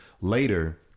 later